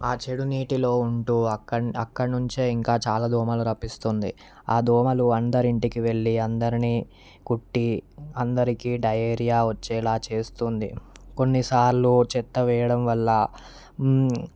ఆ చెడు నీటిలో ఉంటూ అక్కడ అక్కడనుంచే ఇంకా చాలా దోమలు రప్పిస్తుంది ఆ దోమలు అందరి ఇంటికి వెళ్లి అందరినీ కుట్టి అందరికీ డయెరియా వచ్చేలా చేస్తుంది కొన్నిసార్లు చెత్త వేయడం వల్ల